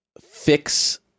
Fix